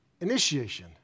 Initiation